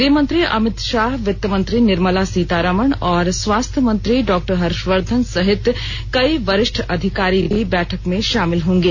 गृहमंत्री अमित शाह वित्तमंत्री निर्मला सीतारामन और स्वास्थ्य मंत्री डॉक्टर हर्षवर्धन सहित कई वरिष्ठ अधिकारी भी बैठक में शामिल होंगे